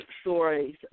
stories